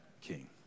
king